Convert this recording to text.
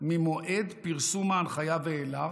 ממועד פרסום ההנחיה ואילך,